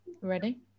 Ready